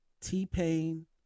t-pain